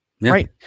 Right